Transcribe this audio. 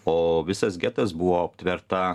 o visas getas buvo aptverta